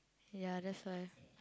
ya that's why